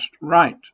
right